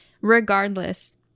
regardless